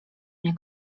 mnie